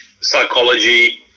psychology